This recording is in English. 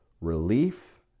Relief